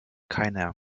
keiner